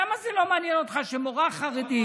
למה זה לא מעניין אותך שמורה חרדית,